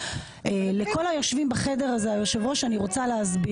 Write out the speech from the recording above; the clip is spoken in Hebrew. לכל היושבים בחדר הזה אני רוצה לומר